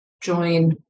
join